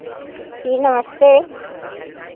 जी नमस्ते